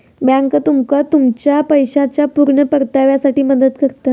bank तुमका तुमच्या पैशाच्या पुर्ण परताव्यासाठी मदत करता